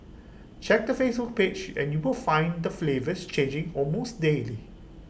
check their Facebook page and you will find the flavours changing almost daily